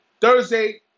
Thursday